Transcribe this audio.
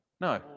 No